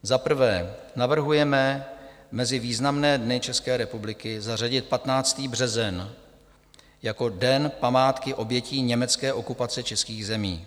Za prvé navrhujeme mezi významné dny České republiky zařadit 15. březen jako Den památky obětí německé okupace českých zemí.